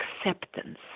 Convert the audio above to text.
acceptance